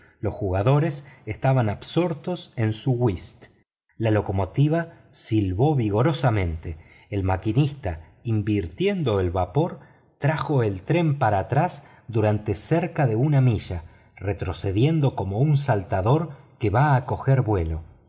los jugadores estaban absortos en su whist la locomotora silbó vigorosamente el maquinista invirtiendo el vapor trajo el tren para atrás durante cerca de una milla retrocediendo como un saltarin que va a tomar